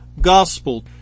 gospel